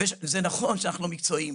זה נכון שאנחנו לא מקצועיים.